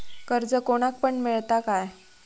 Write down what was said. कर्ज कोणाक पण मेलता काय?